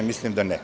Mislim da ne.